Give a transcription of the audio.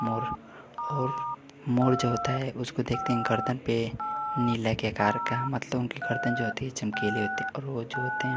मोर और मोर जो होता है उसको देखते हैं गर्दन पर नीले के अकार का मतलब उनकी गर्दन जो होती है चमकीली होती है और वे जो होते हैं